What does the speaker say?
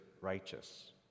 righteous